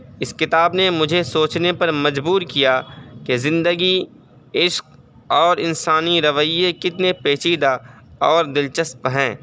اس کتاب نے مجھے سوچنے پر مجبور کیا کہ زندگی عشق اور انسانی رویے کتنے پیچیدہ اور دلچسپ ہیں